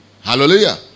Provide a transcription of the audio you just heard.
Hallelujah